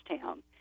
town